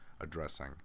addressing